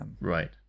Right